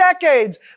decades